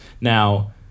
Now